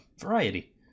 Variety